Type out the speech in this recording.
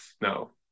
no